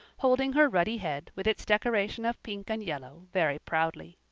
holding her ruddy head with its decoration of pink and yellow very proudly.